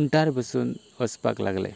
उंटार बसून वचपा लागले